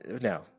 no